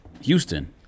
Houston